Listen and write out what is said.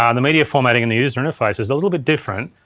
um the media formatting in the user interface is a little bit different.